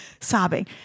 sobbing